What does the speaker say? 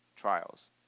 trials